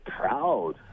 proud